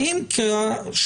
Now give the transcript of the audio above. האם זה השלב